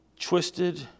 Twisted